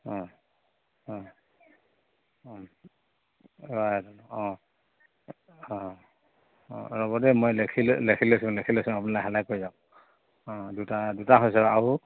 অঁ অঁ অঁ অঁ অঁ ৰ'ব দেই মই লেখি লেখি লৈছোঁ লেখি লৈছোঁ আপুনি লাহে লাহে কৈ যাওক অঁ দুটা দুটা হৈছে আৰু